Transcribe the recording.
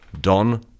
Don